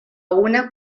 una